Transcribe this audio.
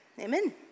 Amen